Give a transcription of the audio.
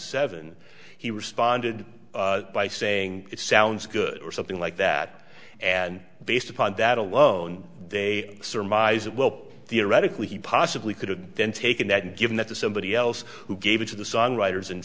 seven he responded by saying it sounds good or something like that and based upon that alone they surmise that well theoretically he possibly could have then taken that and given that to somebody else who gave it to the songwriters and